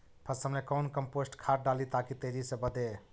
फसल मे कौन कम्पोस्ट खाद डाली ताकि तेजी से बदे?